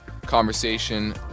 conversation